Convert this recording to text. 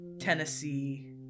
Tennessee